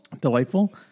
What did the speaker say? Delightful